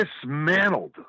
dismantled